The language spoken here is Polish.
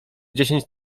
dziesięć